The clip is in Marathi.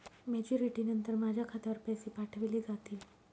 मॅच्युरिटी नंतर माझ्या खात्यावर पैसे पाठविले जातील?